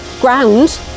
ground